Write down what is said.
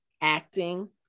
acting